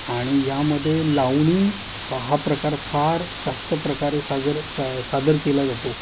आणि यामध्ये लावणी हा प्रकार फार जास्त प्रकारे साजर सादर केला जातो